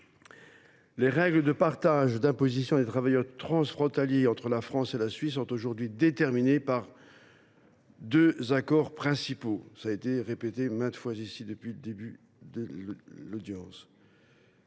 Les règles de partage de l’imposition des travailleurs transfrontaliers entre la France et la Suisse sont aujourd’hui déterminées par deux accords principaux – cela a été rappelé à maintes reprises depuis le début de nos débats.